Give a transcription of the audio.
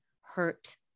hurt